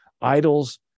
idols